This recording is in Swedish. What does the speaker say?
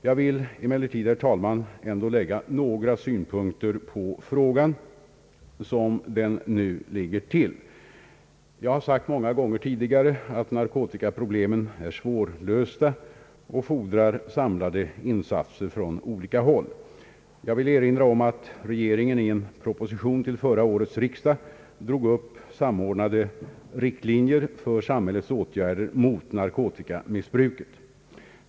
Jag vill emellertid, herr talman, ändå ge några synpunkter på frågan som den nu ligger till. Jag har sagt många gånger tidigare att narkotikaproblemen är svårlösta och fordrar samlade insatser från olika håll. Jag vill erinra om att regeringen i en proposition till förra årets riksdag drog upp samordnade riktlinjer för samhällets åtgärder mot narkotikamissbruket.